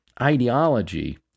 ideology